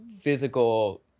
physical